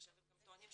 לא יודעים.